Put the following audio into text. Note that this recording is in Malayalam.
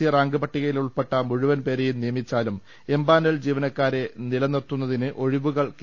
സി റാങ്ക് പട്ടികയിലുൾപ്പെട്ട മുഴുവൻപേർെയും നിയമിച്ചാലും എംപാനൽ ജീവന ക്കാരെ നിലനിർത്തുന്നതിന് ഒഴിവുകൾ കെ